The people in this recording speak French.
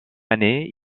année